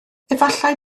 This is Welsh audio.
efallai